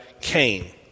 Cain